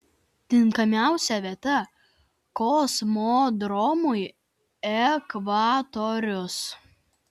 tinkamiausia vieta kosmodromui ekvatorius